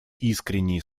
искренние